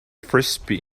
frisbee